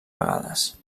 vegades